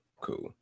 Cool